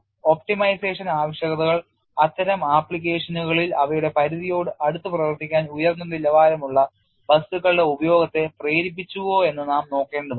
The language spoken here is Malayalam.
ഒപ്റ്റിമൈസേഷൻ ആവശ്യകതകൾ അത്തരം ആപ്ലിക്കേഷനുകളിൽ അവയുടെ പരിധിയോട് അടുത്ത് പ്രവർത്തിക്കാൻ ഉയർന്ന നിലവാരമുള്ള വസ്തുക്കളുടെ ഉപയോഗത്തെ പ്രേരിപ്പിച്ചുവോ എന്ന് നാം നോക്കേണ്ടതുണ്ട്